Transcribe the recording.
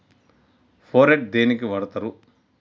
Phorate దేనికి వాడుతరు?